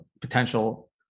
potential